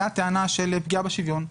הייתה פגיעה בשוויון.